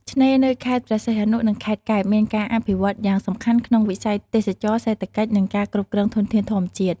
ឆ្នេរនៅខេត្តព្រះសីហនុ និងខេត្តកែប មានការអភិវឌ្ឍន៍យ៉ាងសំខាន់ក្នុងវិស័យទេសចរណ៍ សេដ្ឋកិច្ច និងការគ្រប់គ្រងធនធានធម្មជាតិ។